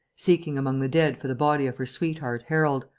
seeking among the dead for the body of her sweetheart harold,